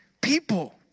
people